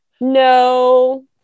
No